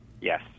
Yes